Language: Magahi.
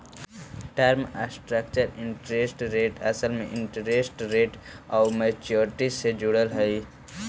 टर्म स्ट्रक्चर इंटरेस्ट रेट असल में इंटरेस्ट रेट आउ मैच्योरिटी से जुड़ल होवऽ हई